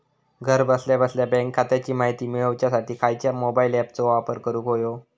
घरा बसल्या बसल्या बँक खात्याची माहिती मिळाच्यासाठी खायच्या मोबाईल ॲपाचो वापर करूक होयो?